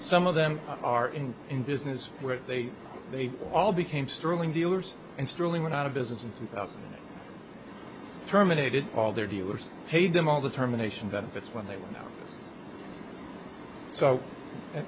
some of them are in in business where they they all became sterling dealers and sterling went out of business in two thousand and terminated all their dealers paid them all the terminations benefits when they were not so